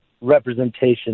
representation